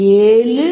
72 V